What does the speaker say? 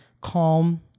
calm